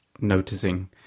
noticing